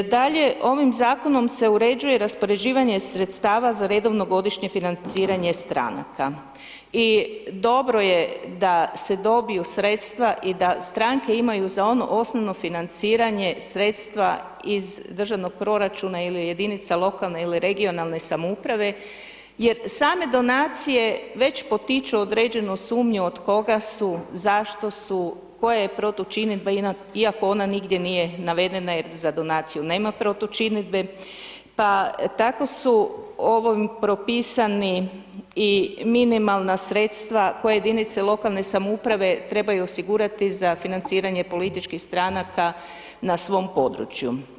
Dalje, ovim zakonom se uređuje raspoređivanje sredstava za redovno godišnje financiranje stranaka i dobro je da se dobiju sredstva i da stranke imaju za ono osnovno financiranje sredstva iz Državnog proračuna ili jedinica lokalne ili regionalne samouprave jer same donacije već potiču određenu sumnju od koga su, zašto su, tko je protučinidba iako ona nigdje nije navedena jer za donaciju nema protučinidbe, pa tako su ovim propisani i minimalna sredstva koje jedinice lokalne samouprave trebaju osigurati za financiranje političkih stranaka na svom području.